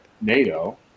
NATO